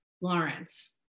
Lawrence